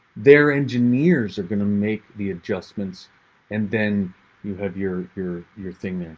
their engineers are going to make the adjustments and then you have your your your thing.